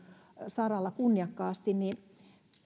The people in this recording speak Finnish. saralla kunniakkaasti niin